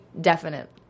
definite